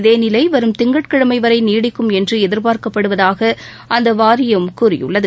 இதே நிலை வரும் திங்கட் கிழமை வரை நீடிக்கும் என்று எதிர்பார்க்கப்படுவதாக அந்த வாரியம் கூறியுள்ளது